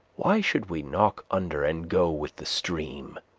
why should we knock under and go with the stream?